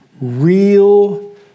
real